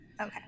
Okay